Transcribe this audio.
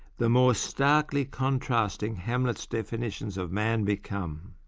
the more starkly contrasting hamlet's definitions of man become.